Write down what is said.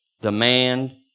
demand